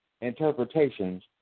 interpretations